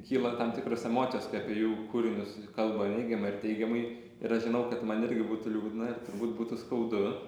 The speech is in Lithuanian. kyla tam tikros emocijos kai apie jų kūrinius kalba neigiamai ar teigiamai ir aš žinau kad man irgi būtų liūdna ir turbūt būtų skaudu